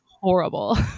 horrible